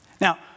Now